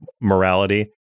morality